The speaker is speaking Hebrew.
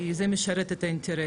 כי זה משרת את האינטרסים.